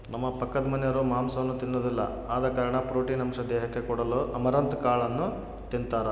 ನಮ್ಮ ಪಕ್ಕದಮನೆರು ಮಾಂಸವನ್ನ ತಿನ್ನೊದಿಲ್ಲ ಆದ ಕಾರಣ ಪ್ರೋಟೀನ್ ಅಂಶ ದೇಹಕ್ಕೆ ಕೊಡಲು ಅಮರಂತ್ ಕಾಳನ್ನು ತಿಂತಾರ